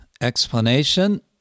explanation